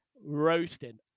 roasting